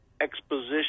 exposition